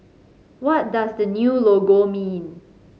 what does the new logo mean